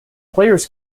players